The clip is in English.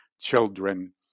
children